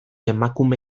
emakume